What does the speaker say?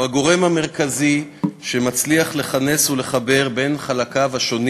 הוא הגורם המרכזי שמצליח לכנס ולחבר בין חלקיו השונים